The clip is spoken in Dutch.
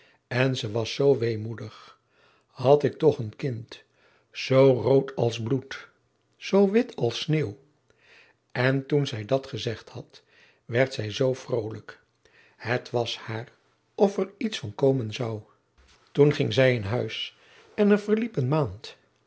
en ze was zoo weemoedig had ik toch een kind zoo rood als bloed zoo wit als sneeuw en toen zij dat gezegd had werd zij zoo vroolijk het was haar of er iets van komen zou toen ging zij in huis en er verliep een maand